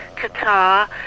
Qatar